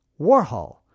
Warhol